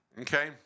Okay